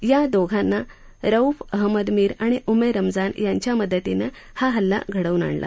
या दोघांनी रउफ अहमद मीर आणि रमजान यांच्या मदतीनं हा हल्ला घडवून आणला